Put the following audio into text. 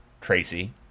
Tracy